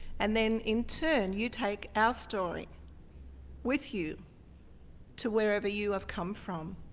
and then, in turn you take our story with you to wherever you have come from.